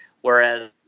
whereas